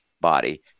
body